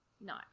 no